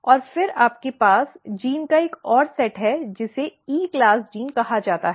और फिर आपके पास जीन का एक और सेट है जिसे E क्लास जीन कहा जाता है